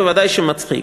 ודאי שמצחיק.